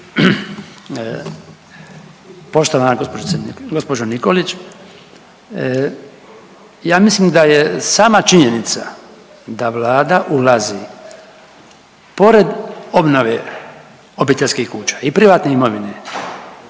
Poštovana gospođo Nikolić, ja mislim da je sama činjenica da Vlada ulazi pored obnove obiteljskih kuća i privatne imovine